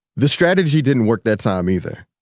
the strategy didn't work that time, either.